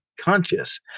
conscious